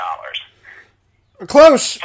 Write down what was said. Close